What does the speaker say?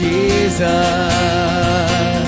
Jesus